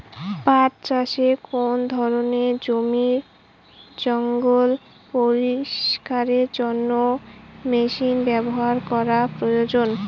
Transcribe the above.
পাট চাষে কোন ধরনের জমির জঞ্জাল পরিষ্কারের জন্য মেশিন ব্যবহার করা প্রয়োজন?